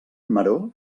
maror